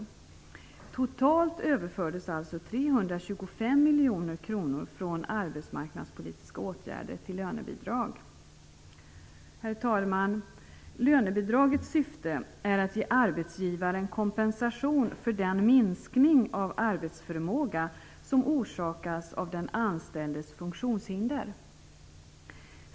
Totalt överfördes alltså 325 miljoner kronor från arbetsmarknadspolitiska åtgärder till lönebidrag. Herr talman! Lönebidragets syfte är att ge arbetsgivaren kompensation för den minskning av arbetsförmågan som orsakas av den anställdes funktionshinder.